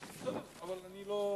בסדר, אני לא מוחה.